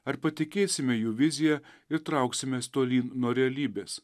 ar patikėsime jų vizija ir trauksimės tolyn nuo realybės